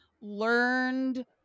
learned